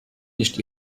nicht